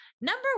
Number